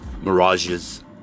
mirages